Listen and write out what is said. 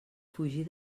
fugir